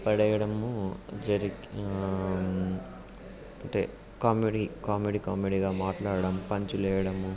పడేయడము జరిగి అంటే comedy comedy కామెడీగా మాట్లాడటం పంచులు వేయడం